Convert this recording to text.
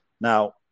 Now